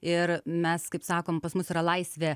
ir mes kaip sakom pas mus yra laisvė